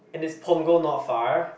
and is Punggol not far